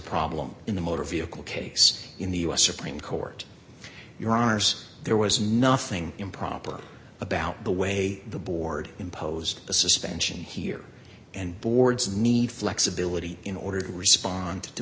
problem in the motor vehicle case in the us supreme court in your honour's there was nothing improper about the way the board imposed the suspension here and boards need flexibility in order to respond to